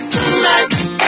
Tonight